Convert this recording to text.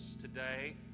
today